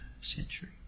century